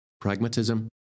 pragmatism